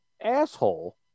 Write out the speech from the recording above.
asshole